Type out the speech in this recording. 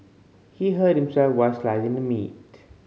he hurt himself while slicing the meat